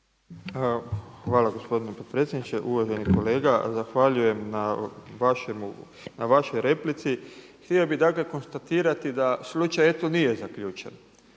Hvala gospodine potpredsjedniče. Uvaženi kolega zahvaljujem na vašoj replici, htio bih dakle konstatirati da slučaj eto nije zaključen,